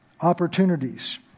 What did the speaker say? opportunities